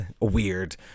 weird